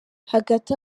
hagati